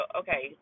okay